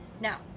now